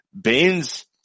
Baines